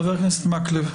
חבר הכנסת מקלב.